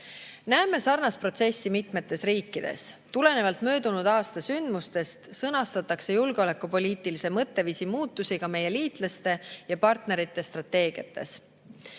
Näeme sarnast protsessi mitmetes riikides. Tulenevalt möödunud aasta sündmustest, sõnastatakse julgeolekupoliitilise mõtteviisi muutumist ka meie liitlaste ja partnerite strateegiates.